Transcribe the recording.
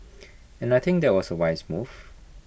and I think that was A wise move